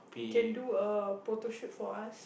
you can do a photoshoot for us